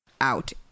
out